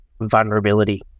vulnerability